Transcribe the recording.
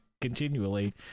continually